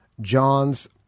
John's